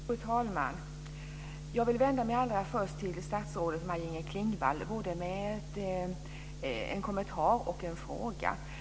Fru talman! Jag vill allra först vända mig till statsrådet Maj-Inger Klingvall med en kommentar och en fråga.